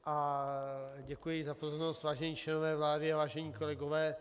A děkuji za pozornost, vážení členové vlády a vážení kolegové.